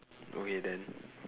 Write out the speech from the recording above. okay then